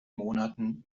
monaten